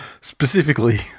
specifically